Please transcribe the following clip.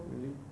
really